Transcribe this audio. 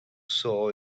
saw